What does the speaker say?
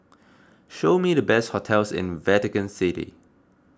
show me the best hotels in Vatican City